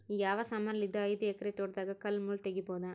ಯಾವ ಸಮಾನಲಿದ್ದ ಐದು ಎಕರ ತೋಟದಾಗ ಕಲ್ ಮುಳ್ ತಗಿಬೊದ?